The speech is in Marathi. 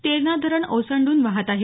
तेरणा धरण ओसंडून वाहत आहे